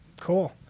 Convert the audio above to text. Cool